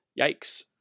Yikes